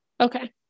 Okay